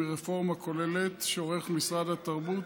השר אורי אריאל.